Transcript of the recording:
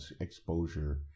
exposure